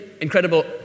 incredible